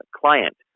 client